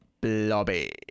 blobby